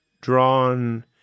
drawn